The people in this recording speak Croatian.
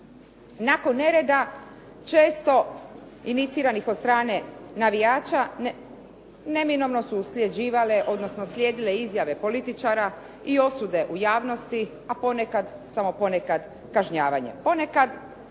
Nakon nereda često iniciranih od strane navijača neminovno su usljeđivale, odnosno slijedile izjave političara i osude u javnosti, a ponekad, samo ponekad kažnjavanjem.